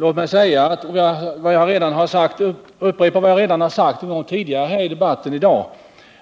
Låt mig upprepa vad jag tidigare har sagt i dagens debatt, nämligen